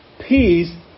peace